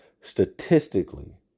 statistically